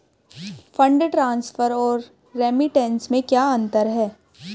Fund transfer और remittance में क्या अंतर है?